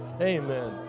Amen